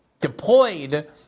deployed